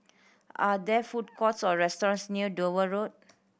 are there food courts or restaurants near Dover Road